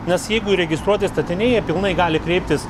nes jeigu įregistruoti statiniai jie pilnai gali kreiptis